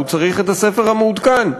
הוא צריך את הספר המעודכן,